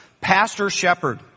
Pastor-shepherd